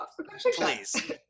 Please